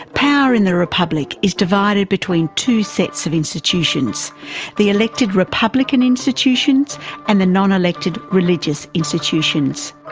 power in the republic is divided between two sets of institutions the elected republican institutions and the non-elected religious institutions.